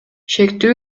шектүү